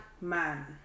man